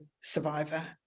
Survivor